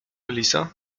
lizo